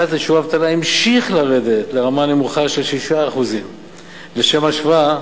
שיעור האבטלה המשיך לרדת לרמה נמוכה של 6%. לשם השוואה,